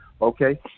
okay